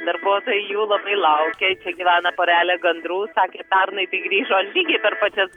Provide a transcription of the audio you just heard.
darbuotojai jų labai laukia čia gyvena porelė gandrų sakė pernai tai grįžo lygiai per pačias